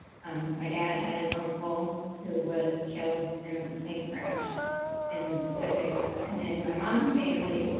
and my dad had an uncle who was killed in a plane crash in the pacific, and then my mom's family,